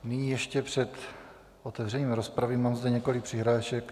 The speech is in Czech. Nyní ještě před otevřením rozpravy zde mám několik přihlášek.